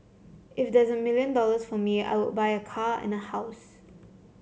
if there's a million dollars for me I would buy a car and a house